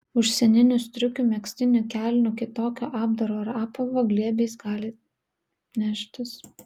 užsieninių striukių megztinių kelnių kitokio apdaro ar apavo glėbiais gali neštis